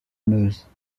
meuse